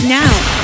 now